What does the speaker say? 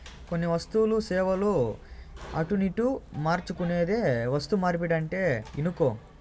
కొన్ని వస్తువులు, సేవలు అటునిటు మార్చుకునేదే వస్తుమార్పిడంటే ఇనుకో